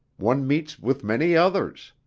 one meets with many others.